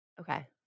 Okay